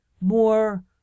more